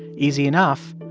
easy enough,